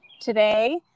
today